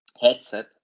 headset